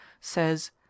says